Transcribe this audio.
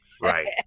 Right